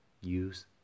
use